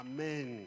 Amen